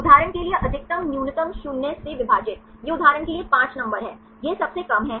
उदाहरण के लिए अधिकतम न्यूनतम शून्य से विभाजित यह उदाहरण के लिए 5 नंबर है यह सबसे कम है